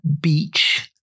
beach